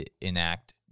enact